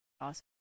Awesome